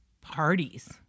parties